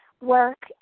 work